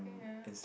yeah